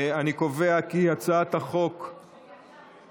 אני קובע כי הצעת החוק עברה,